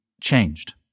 changed